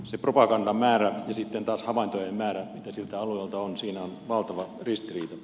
se propagandan määrä ja sitten taas havaintojen määrä mitä siltä alueelta on siinä on valtava ristiriita